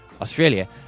Australia